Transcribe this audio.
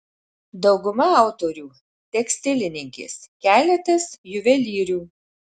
dauguma autorių tekstilininkės keletas juvelyrių